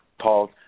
Paul